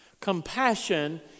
Compassion